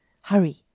Hurry